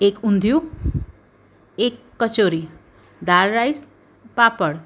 એક ઊંધિયું એક કચોરી દાળ રાઈસ પાપડ